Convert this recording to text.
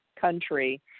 country